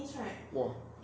!wah!